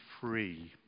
free